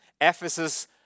Ephesus